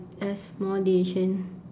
a small decision